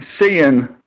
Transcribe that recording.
seeing